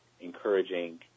encouraging